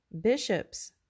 bishops